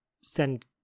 send